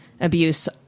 abuse